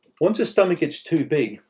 once a stomach gets too big,